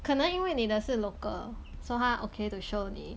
可能因为你的是 local so 她 okay to show 你